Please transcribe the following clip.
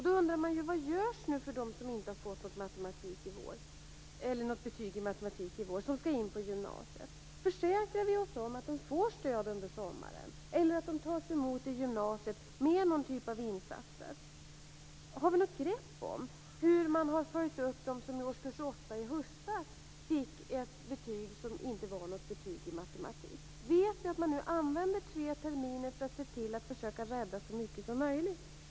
Då undrar man: Vad görs nu för dem som inte har fått något matematikbetyg i vår som skall in på gymnasiet? Försäkrar vi oss om att de får stöd under sommaren eller att de tas emot i gymnasiet med någon typ av insatser? Har vi något grepp om hur man har följt upp dem som i årskurs 8 i höstas fick ett betyg som inte var något betyg i matematik? Vet vi att man nu använder tre terminer för att se till att försöka rädda så mycket som möjligt?